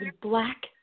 black